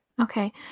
Okay